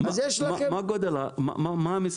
יש עכשיו גז טבעי בכל